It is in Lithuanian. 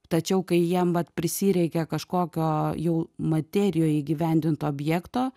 tačiau kai jiem vat prisireikia kažkokio jau materijoj įgyvendinto objekto